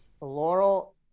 Laurel